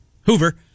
Hoover